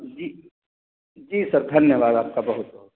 जी जी सर धन्यवाद आपका बहुत बहुत